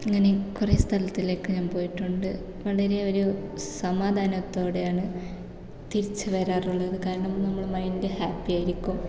ഇങ്ങനെ കുറേ സ്ഥലത്തിലേക്ക് ഞാൻ പോയിട്ടുണ്ട് വളരെ ഒരു സമാധാനത്തോടെയാണ് തിരിച്ചുവരാറുള്ളത് കാരണം നമ്മളെ മൈൻഡ് ഹാപ്പി ആയിരിക്കും